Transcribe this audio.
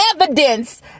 evidence